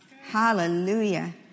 Hallelujah